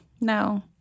No